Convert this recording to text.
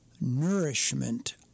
nourishment